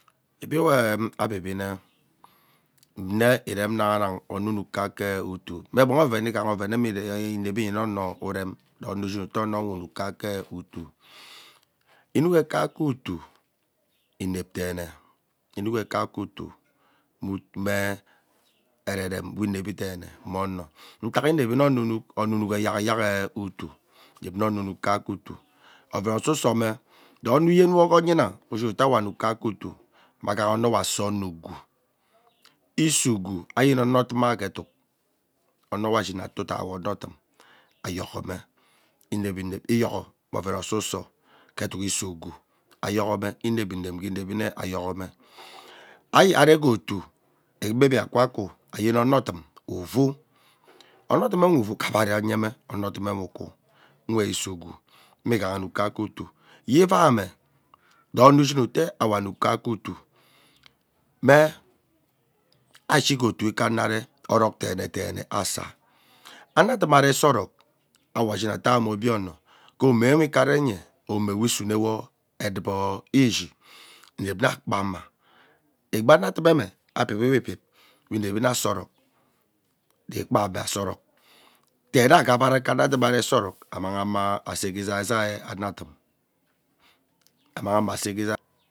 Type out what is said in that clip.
Ibib we abibine nwe ivem naha nag ono unuk kaeke utuu mmenghe oven inevi mme ono unen rono ushim mme onowe unuk kaeke utum, inukee kaeke utuu inep teene inukhe kaeke utuu ume meererem we inevi deene moo ono ntak inevi nne ono unuk ono unuk eyak eyak eee utuu inep nne ono unuk kaeke utuu oven usoso mme rono uyenwo gee onyinaha ushin utaa awo anuk kaeke utuu magha ume ase ono ugwuashini eta udaiwo ododum ayoghome ese ugwu me ayeni onoduma gee eduk ono wee ashini eta udaiwo ododum ayoghome inevi inep iyoghoho mme oven ususo ke eduk ese ugwu ayoghome ivevi inep ke eduk we inevi mme ayoghome ayari gee otuo gbeni akwa kwu eyen onodum uvuu, onodumwe uvuu ghabara anyeme onoduniwe ukwu mme ese ugwu mme ighaha anuk kaeke utuu yee ivaime rue ono ushin ute awo unuk kaeke utuu mme ashike ano aree orok teene asa anadum are isarok awo ashin ate awo mme obie ono ke omewe ikerehe omowe isunewo edubu ishin inep uma akpana egbi anadume abibiwe ibib we enevi ana asa orok ruekpame asa orok deene aghabara ike anadume ari isaa orok amang ama asee gee izaizi ee anadum amang ama asee gee izai.